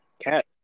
Cat